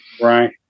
right